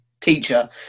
teacher